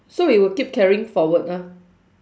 so we will keep carrying forward ah